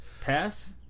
Pass